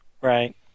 Right